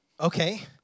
Okay